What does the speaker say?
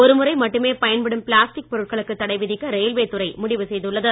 ஒருமுறை மட்டுமே பயன்படும் பிளாஸ்டிக் பொருட்களுக்கு தடை விதிக்க ரயில்வேதுறை முடிவு செய்துள்ளது